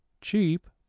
cheap